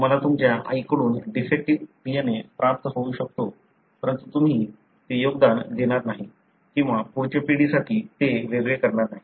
तुम्हाला तुमच्या आईकडून डिफेक्टीव्ह DNA प्राप्त होऊ शकतो परंतु तुम्ही ते योगदान देणार नाही किंवा पुढच्या पिढीसाठी ते वेगळे करणार नाही